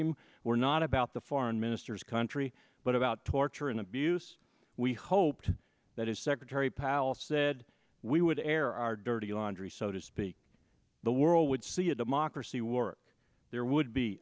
him were not about the foreign ministers country but about torture and abuse we hoped that his secretary powell said we would air our dirty laundry so to speak the world would see a democracy work there would be